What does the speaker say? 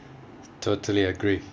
totally agree